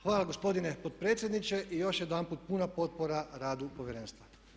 Hvala gospodine potpredsjedniče, i još jedanput puna potpora radu povjerenstva.